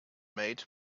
made